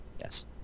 Yes